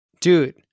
Dude